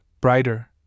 brighter